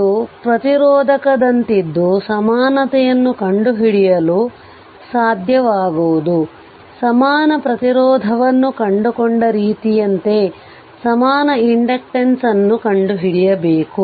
ಇದು ಪ್ರತಿರೋಧಕದಂತಿದ್ದು ಸಮಾನತೆಯನ್ನು ಕಂಡುಹಿಡಿಯಲು ಸಾದ್ಯವಾಗುವುದು ಸಮಾನ ಪ್ರತಿರೋಧವನ್ನು ಕಂಡುಕೊಂಡ ರೀತಿಯಂತೆ ಸಮಾನ ಇಂಡಕ್ಟನ್ಸ್ ಅನ್ನು ಕಂಡುಹಿಡಿಯಬೇಕು